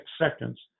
seconds